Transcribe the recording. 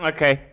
Okay